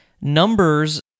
Numbers